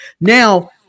Now